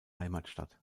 heimatstadt